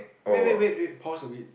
wait wait wait wait pause a bit